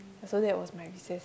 so that was my recess